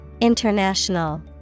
International